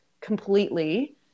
completely